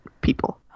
people